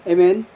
Amen